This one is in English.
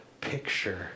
picture